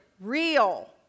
real